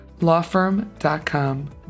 lawfirm.com